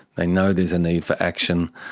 they know there's a need for action.